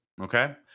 okay